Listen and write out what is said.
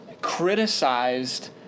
criticized